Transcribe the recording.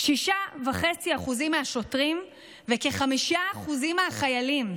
6.5% מהשוטרים וכ-5% מהחיילים.